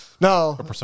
No